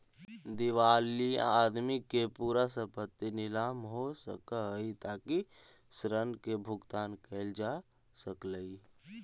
दिवालिया आदमी के पूरा संपत्ति नीलाम हो सकऽ हई ताकि ऋण के भुगतान कैल जा सकई